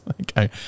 okay